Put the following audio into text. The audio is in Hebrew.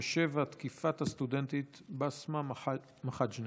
387: תקיפת הסטודנטית באסמה מחאג'נה.